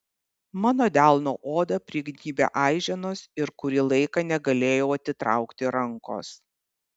mano delno odą prignybė aiženos ir kurį laiką negalėjau atitraukti rankos